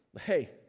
hey